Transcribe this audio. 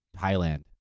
Thailand